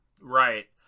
Right